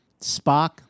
Spock